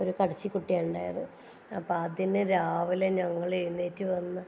ഒരു കടിച്ചി കുട്ടി ഉണ്ടായത് അപ്പം അതിന് രാവിലെ ഞങ്ങൾ എഴുന്നേറ്റ് വന്ന്